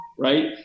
Right